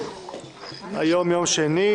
היום יום שני,